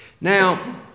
Now